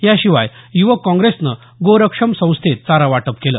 याशिवाय युवक काँग्रेसनं गोरक्षम संस्थेत चारा वाटप केलं